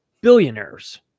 billionaires